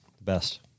best